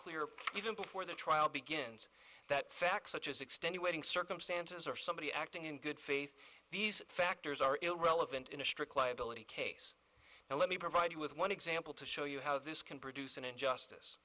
clear even before the trial begins that facts such as extenuating circumstances are somebody acting in good faith these factors are irrelevant in a strict liability case now let me provide you with one example to show you how this can produce an injustice